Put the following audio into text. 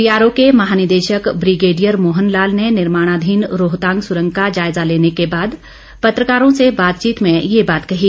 BRO के महानिदेशक brigadier Mohan Lal ने निर्माणाधीन रोहतांग सुरंग का जायजा लेने के बाद पत्रकारों से बातचीत में ये बात कही